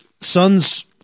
son's